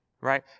right